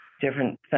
different